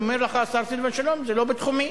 אומר לך השר סילבן שלום: זה לא בתחומי,